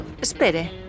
Espere